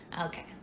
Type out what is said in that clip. Okay